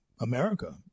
America